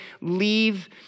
leave